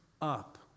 up